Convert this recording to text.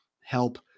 help